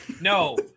No